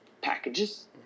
packages